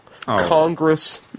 Congress